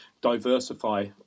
diversify